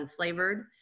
unflavored